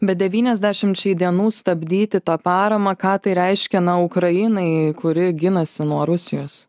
bet devyniasdešimčiai dienų stabdyti tą paramą ką tai reiškia na ukrainai kuri ginasi nuo rusijos